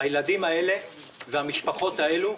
הילדים האלה והמשפחות האלה,